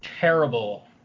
terrible